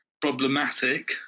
problematic